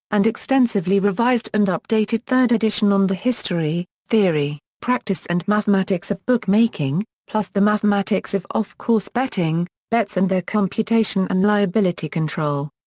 and extensively revised and updated third edition on the history, theory, practice and mathematics of bookmaking, plus the mathematics of off-course betting, bets and their computation and liability control.